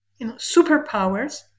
superpowers